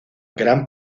gran